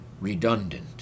redundant